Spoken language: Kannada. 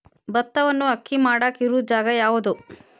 ಭತ್ತವನ್ನು ಅಕ್ಕಿ ಮಾಡಾಕ ಇರು ಜಾಗ ಯಾವುದು?